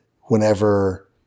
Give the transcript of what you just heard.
whenever